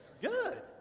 Good